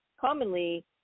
Commonly